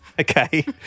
Okay